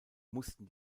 mussten